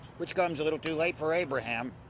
which comes a little too late for abraham.